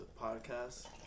podcast